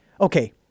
okay